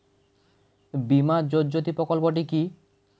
বীমা জ্যোতি প্রকল্পটি কি?